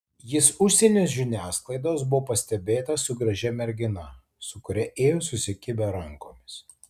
jis užsienio žiniasklaidos buvo pastebėtas su gražia mergina su kuria ėjo susikibę rankomis